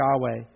Yahweh